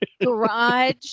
garage